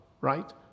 right